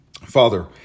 Father